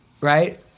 right